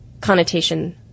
connotation